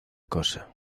cosa